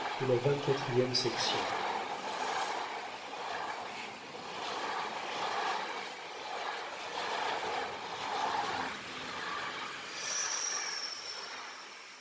durant la quatrième